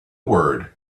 word